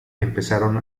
empezaron